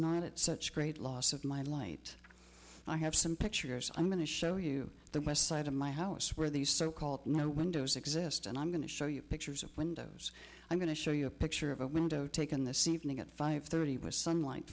not at such great loss of my light i have some pictures i'm going to show you the west side of my house where these so called no windows exist and i'm going to show you pictures of windows i'm going to show you a picture of a window taken this evening at five thirty with sunlight